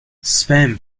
spam